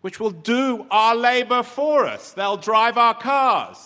which will do our labor for us. they'll drive our cars.